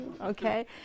Okay